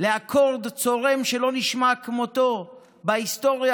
לאקורד צורם שלא נשמע כמותו בהיסטוריה